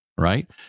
right